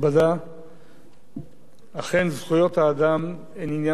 אכן זכויות האדם הן עניין חשוב מאין כמוהו.